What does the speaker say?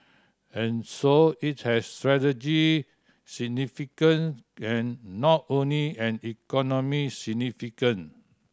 and so it has strategic significant and not only an economic significant